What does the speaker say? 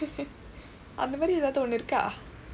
அந்த மாதிறி ஏதாவது ஒன்னு இருக்கா:antha maathiri aethaavathu onnu irukkaa